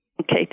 Okay